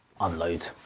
unload